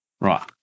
Right